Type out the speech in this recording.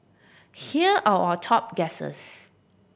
here are our top guesses